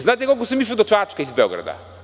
Znate li koliko sam išao do Čačka iz Beograda?